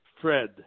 Fred